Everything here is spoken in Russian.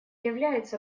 являются